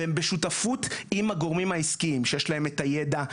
והן בשותפות עם הגורמים העסקיים שיש להם את הידע,